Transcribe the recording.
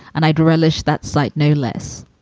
and i'd relish that sight, no less.